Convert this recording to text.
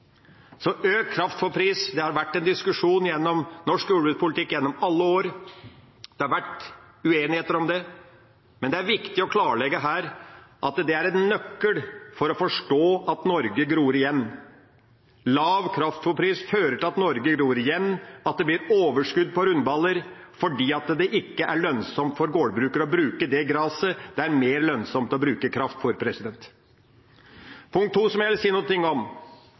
Økt kraftfôrpris har det vært en diskusjon om i norsk jordbrukspolitikk gjennom alle år. Det har vært uenigheter om det, men det er viktig å klarlegge her at det er en nøkkel til å forstå at Norge gror igjen. Lav kraftfôrpris fører til at Norge gror igjen, at det blir overskudd på rundballer, fordi det ikke er lønnsomt for gårdbrukere å bruke det graset. Det er mer lønnsomt å bruke kraftfôr. Det andre punktet jeg vil si litt om: